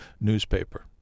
newspaper